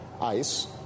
ICE